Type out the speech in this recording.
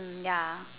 mm ya